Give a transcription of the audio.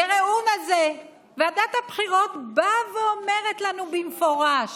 וראו נא זה, ועדת הבחירות באה ואומרות לנו במפורש: